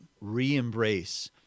re-embrace